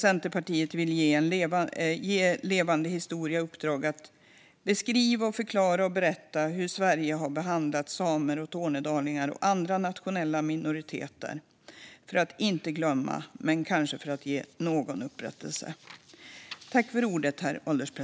Centerpartiet vill ge Forum för levande historia i uppdrag att berätta, beskriva och förklara hur Sverige har behandlat samer, tornedalingar och andra nationella minoriteter - detta för att inte glömma och kanske ge någon upprättelse.